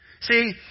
See